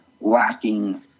lacking